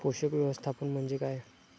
पोषक व्यवस्थापन म्हणजे काय?